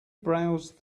browsed